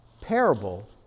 parable